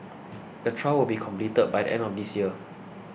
the trial will be completed by the end of this year